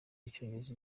icyongereza